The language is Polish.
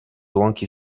łąki